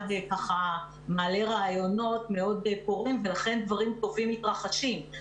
מעלה רעיונות מאוד פורים ולכן דברים טובים מתרחשים,